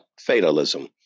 fatalism